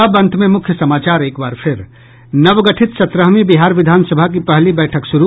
और अब अंत में मुख्य समाचार एक बार फिर नव गठित सत्रहवीं बिहार विधान सभा की पहली बैठक शुरू